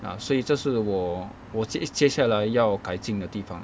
ah 所以这是我我接接下来要改进的地方